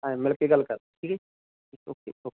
ਹਾਂ ਮਿਲ ਕੇ ਗੱਲ ਕਰਦੇ ਠੀਕ ਹੈ ਜੀ ਠੀਕ ਓਕੇ ਓਕੇ